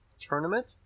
Tournament